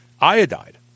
iodide